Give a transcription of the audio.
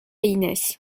inès